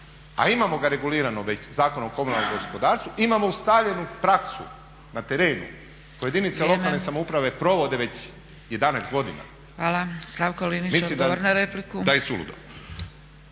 a imamo ga regulirano već zakonom o komunalnom gospodarstvu, imamo ustaljenu praksu na terenu koju jedinice samouprave provode već 11 godina mislim da je suludo.